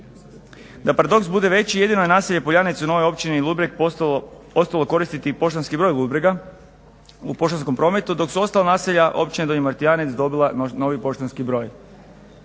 Da paradoks bude veći jedino je naselje POljanec u novoj Općini Ludbreg ostalo koristiti poštanski broj Ludbregu u poštanskom prometu dok su ostala naselja Općine Martijanec dobila novi poštanski broj.